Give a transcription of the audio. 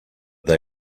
they